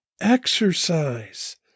exercise